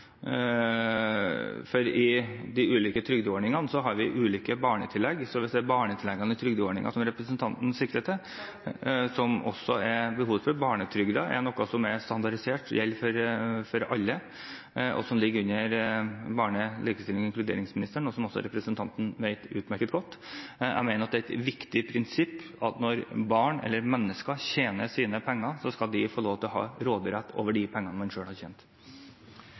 for i de ulike trygdeordningene har vi ulike barnetillegg. Mulig det er barnetilleggene i trygdeordningene representanten sikter til, som også er behovsprøvd – barnetrygden er noe som er standardisert, og som gjelder for alle, og som ligger under barne-, likestillings- og inkluderingsministeren, som representanten vet utmerket godt. Jeg mener at det er et viktig prinsipp at når mennesker, også barn, tjener penger, skal de få lov til å ha råderett over de pengene – penger som en har tjent